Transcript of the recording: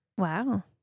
Wow